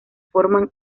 forman